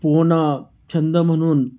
पोहणं छंद म्हणून